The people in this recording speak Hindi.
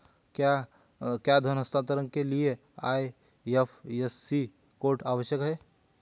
क्या धन हस्तांतरण के लिए आई.एफ.एस.सी कोड आवश्यक है?